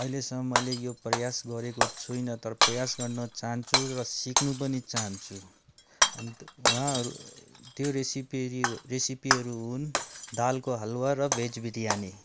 अहिलेसम्म मैले यो प्रयास गरेको छुइनँ तर प्रयास गर्न चाहन्छु र सिक्नु पनि चाहन्छु अन्त उहाँहरू त्यो रेसिपी रेसिपीहरू हुन् दालको हलुवा र भेज बिरियानी